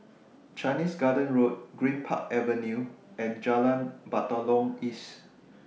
Chinese Garden Road Greenpark Avenue and Jalan Batalong East